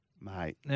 Mate